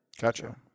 gotcha